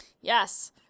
yes